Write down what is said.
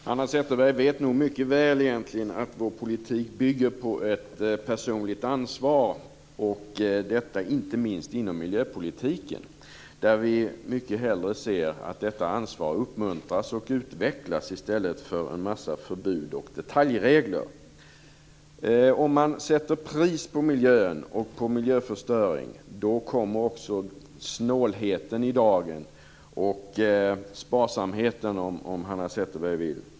Herr talman! Hanna Zetterberg vet nog egentligen mycket väl att vår politik bygger på ett personligt ansvar, inte minst inom miljöpolitiken. Där ser vi mycket hellre att detta ansvar uppmuntras och utvecklas än att det blir en massa förbud och detaljregler. Om man sätter pris på miljön och på miljöförstöring kommer också snålheten i dagen, eller sparsamheten om Hanna Zetterberg vill.